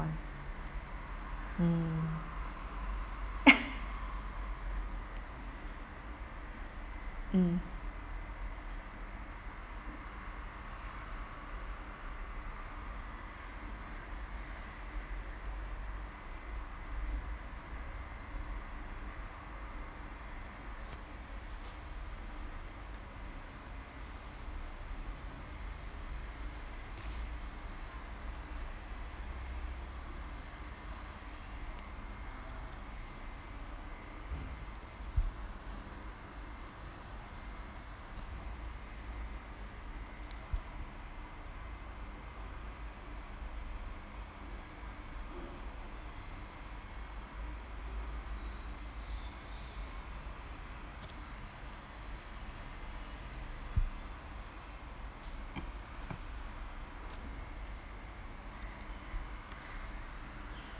mm mm